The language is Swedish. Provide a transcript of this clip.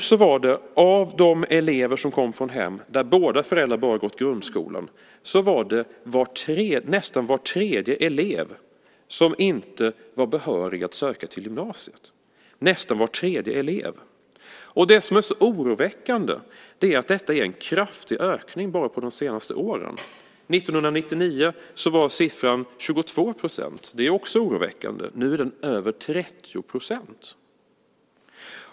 I fjol var nästan var tredje elev av dem som kom från hem där båda föräldrarna endast gått grundskolan inte behörig att söka till gymnasiet. Nästan var tredje elev! Det som är särskilt oroväckande är att det skett en kraftig ökning bara under de senaste åren. 1999 var siffran 22 %- vilket var oroväckande. Nu är den siffran över 30 %.